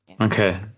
okay